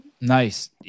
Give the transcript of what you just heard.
Nice